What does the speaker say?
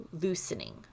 loosening